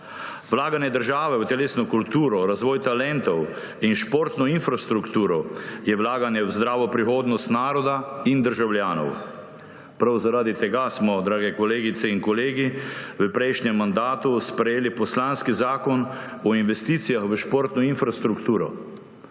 Vlaganje države v telesno kulturo, razvoj talentov in športno infrastrukturo je vlaganje v zdravo prihodnost naroda in državljanov. Prav zaradi tega smo, drage kolegice in kolegi, v prejšnjem mandatu sprejeli poslanski zakon o investicijah v športno infrastrukturo.